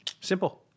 Simple